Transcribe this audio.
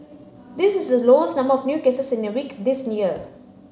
this is the lowest number of new cases in a week this year